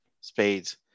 spades